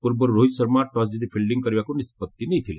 ପୂର୍ବରୁ ରୋହିତ୍ ଶର୍ମା ଟସ୍ ଜିତି ଫିଲ୍ଡିଂ କରିବାକୁ ନିଷ୍ପଭି ନେଇଥିଲେ